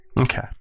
Okay